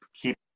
keep